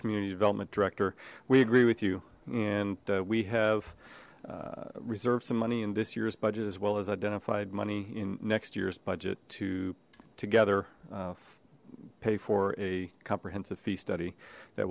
community development director we agree with you and we have reserved some money in this year's budget as well as identified money in next year's budget to together pay for a comprehensive fee study that